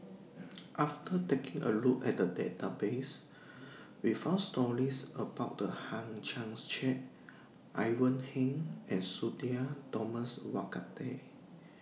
after taking A Look At The Database We found stories about The Hang Chang Chieh Ivan Heng and Sudhir Thomas Vadaketh